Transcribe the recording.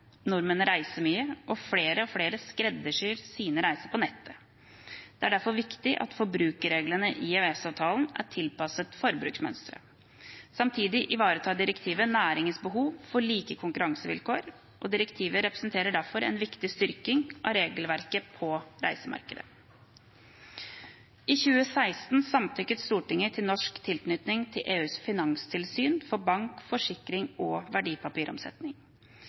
reiser mye, og flere og flere skreddersyr sine reiser på nettet. Det er derfor viktig at forbrukerreglene i EØS-avtalen er tilpasset forbruksmønsteret. Samtidig ivaretar direktivet næringens behov for like konkurransevilkår. Direktivet representerer derfor en viktig styrking av regelverket på reisemarkedet. I 2016 samtykket Stortinget til norsk tilknytning til EUs finanstilsyn for bank, forsikring og verdipapiromsetning.